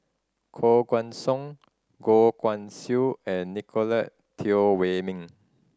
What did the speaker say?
Koh Guan Song Goh Guan Siew and Nicolette Teo Wei Min